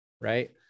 right